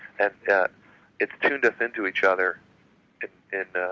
and it's tuned us into each other in